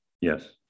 Yes